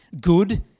Good